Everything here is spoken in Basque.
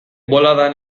boladan